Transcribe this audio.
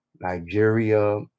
Nigeria